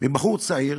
מבחור צעיר